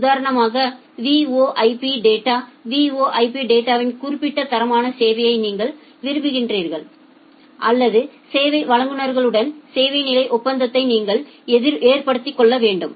உதாரணமாக VoIP data VoIP data வின் குறிப்பிட்ட தரமான சேவையை நீங்கள் விரும்பினால் உங்கள் சேவை வழங்குநர்களுடன் சேவை நிலை ஒப்பந்தத்தை நீங்கள் ஏற்படுத்திக்கொள்ள வேண்டும்